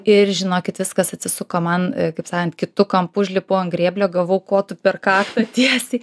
ir žinokit viskas atsisuko man kaip sakant kitu kampu užlipau ant grėblio gavau kotu per kaklą tiesiai